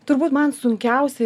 turbūt man sunkiausia